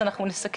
אז אנחנו נסכם.